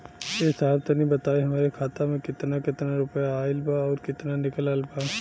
ए साहब तनि बताई हमरे खाता मे कितना केतना रुपया आईल बा अउर कितना निकलल बा?